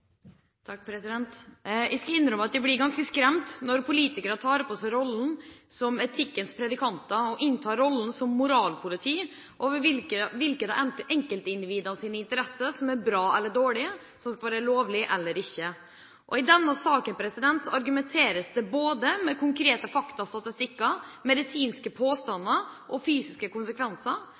inntar rollen som moralpoliti over hvilke av enkeltindividets interesser som er bra eller dårlige, som skal være lovlige eller ikke. I denne saken argumenteres det både med konkrete fakta og statistikk, medisinske påstander og fysiske konsekvenser,